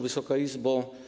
Wysoka Izbo!